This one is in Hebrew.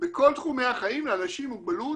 בכל תחומי החיים לאנשים עם מוגבלות,